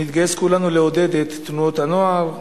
שנתגייס כולנו לעודד את תנועות הנוער,